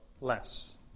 less